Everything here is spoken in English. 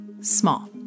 small